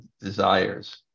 desires